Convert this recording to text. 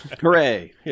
Hooray